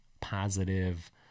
positive